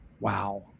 Wow